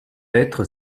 être